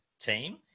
team